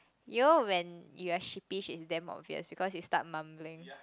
you know when you are sleepy is damn obvious because it start mumbling